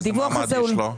איזה מעמד יש לו?